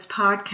podcast